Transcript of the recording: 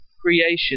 creation